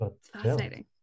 Fascinating